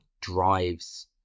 drives